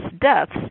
deaths